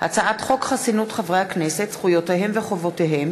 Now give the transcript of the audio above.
הצעת חוק חסינות חברי הכנסת, זכויותיהם וחובותיהם